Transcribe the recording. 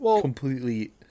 completely